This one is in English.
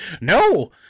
No